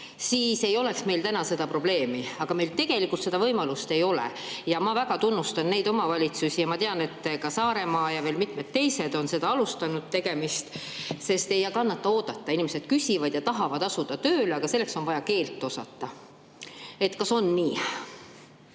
siis ei oleks meil seda probleemi, aga meil seda võimalust ei ole. Ma väga tunnustan neid omavalitsusi – ma tean, et Saaremaa ja veel mitmed teised on alustanud selle tegemist –, sest ei kannata oodata. Inimesed tahavad asuda tööle, aga selleks on vaja keelt osata. Kas on nii?